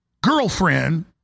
girlfriend